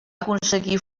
aconseguir